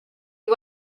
you